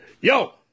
yo